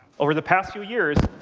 over the past few years,